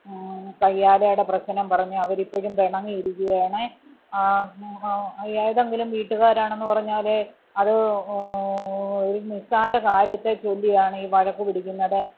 കയ്യാലയുടെ പ്രശ്നം പറഞ്ഞ് അവരിപ്പോഴും പിണങ്ങിയിരിയ്ക്കുകയാണ് ഏതെങ്കിലും വീട്ടുകാരാണെന്ന് പറഞ്ഞാൽ അത് ഒരു നിസ്സാര കാര്യത്തേച്ചൊല്ലിയാണ് ഈ വഴക്ക് പിടിക്കുന്നത്